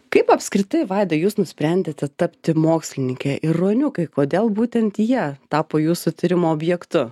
kaip apskritai vaida jūs nusprendėte tapti mokslininke ir ruoniukai kodėl būtent jie tapo jūsų tyrimo objektu